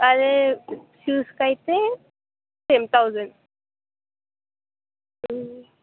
అదే షూస్కి అయితే సెమ్ థౌజండ్